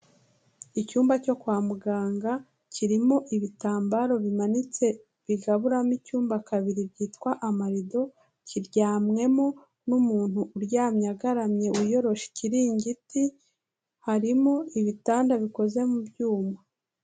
Icyumba cyo kwa muganga, kirimo ibitambaro bimanitse bigaburamo icyumba kabiri byitwa amarido, kiryamwemo n'umuntu uryamye agaramye, wiyorosha ikiringiti, harimo ibitanda bikoze mu byuma.